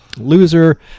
loser